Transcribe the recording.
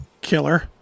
killer